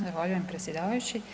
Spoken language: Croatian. Zahvaljujem predsjedavajući.